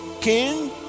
king